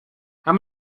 how